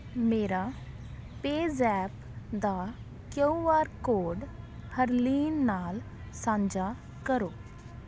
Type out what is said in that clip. ਮੇਰਾ ਪੇਜ਼ੈਪ ਦਾ Q R code Harleen ਨਾਲ ਸਾਂਝਾ ਕਰੋ